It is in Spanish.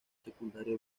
secundaria